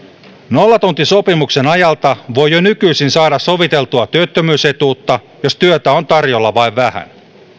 nollatuntisopimuksen ajalta voi jo nykyisin saada soviteltua työttömyysetuutta jos työtä on tarjolla vain vähän